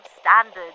standards